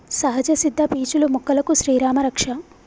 సహజ సిద్ద పీచులు మొక్కలకు శ్రీరామా రక్ష